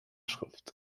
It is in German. schrift